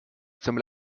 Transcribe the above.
zum